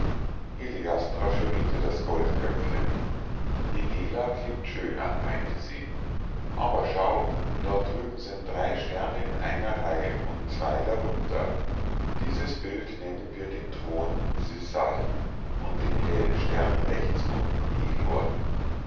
heliastra schüttelte das goldköpfchen ligela klingt schöner meinte sie aber schau dort drüben sind drei sterne in einer reihe und zwei darunter dieses bild nennen wir den thron sissal und den hellen stern rechts unten helor